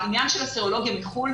בעניין של הסרולוגיה מחוץ לארץ,